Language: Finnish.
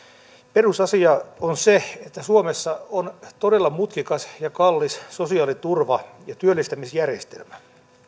perusasia on se että suomessa on todella mutkikas ja kallis sosiaaliturva ja työllistämisjärjestelmä